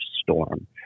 storm